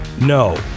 no